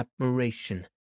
admiration